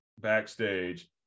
backstage